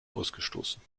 ausgestoßen